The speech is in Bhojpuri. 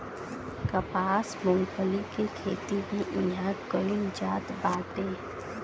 कपास, मूंगफली के खेती भी इहां कईल जात बाटे